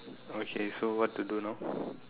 okay so what to do now